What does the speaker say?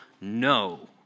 no